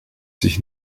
sich